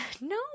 No